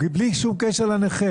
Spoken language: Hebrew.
בלי שום קשר לנכה,